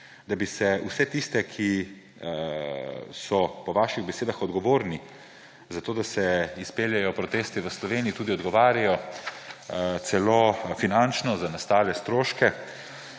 da bi vsi tisti, ki so po vaših besedah odgovorni za to, da se izpeljejo protesti v Sloveniji, tudi odgovarjali, celo finančno, za nastale stroške.